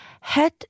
head